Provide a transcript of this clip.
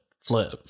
flip